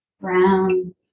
brown